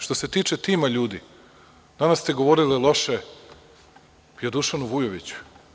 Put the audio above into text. Što se tiče tima ljudi, danas ste govorili loše i o Dušanu Vujoviću.